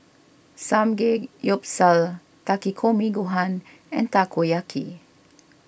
Samgeyopsal Takikomi Gohan and Takoyaki